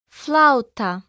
flauta